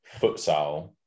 futsal